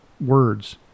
words